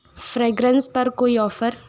fragrance पर कोई offer